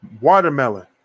watermelon